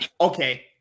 Okay